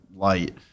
light